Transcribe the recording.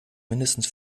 mindestens